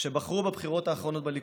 שבחרו בבחירות האחרונות בליכוד.